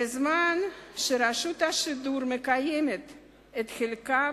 בזמן שרשות השידור מקיימת את חלקה